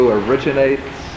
originates